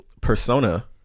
persona